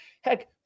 Heck